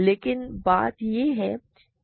लेकिन बात यह है कि इसमें P शामिल है